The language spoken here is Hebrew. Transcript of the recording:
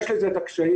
יש לזה הקשיים,